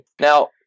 Now